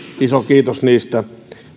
iso kiitos